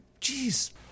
Jeez